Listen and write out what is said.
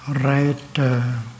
right